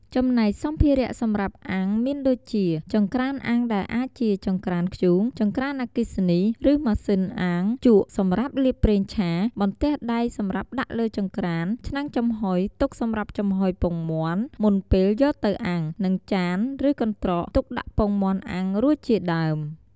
ចំណែកសម្ភារៈសម្រាប់អាំងមានដូចជា ចង្ក្រានអាំងដែលអាចជា ចង្ក្រានធ្យូង ចង្ក្រានអគ្គិសនី ឬម៉ាស៊ីនអាំង, ជក់សម្រាប់លាបប្រេងឆា, បន្ទះដែកសម្រាប់ដាក់លើចង្រ្តាន, ឆ្នាំងចំហុយទុកសម្រាប់ចំហុយពងមាន់មុនពេលយកទៅអាំង, និងចាន ឬកន្ត្រកទុកដាក់ពងមាន់អាំងរួចជាដើម។